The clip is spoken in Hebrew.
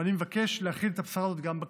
ואני מבקש להחיל את הבשורה הזאת גם בכנסת.